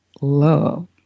love